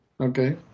Okay